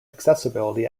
accessibility